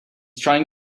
trying